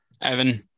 Evan